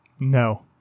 No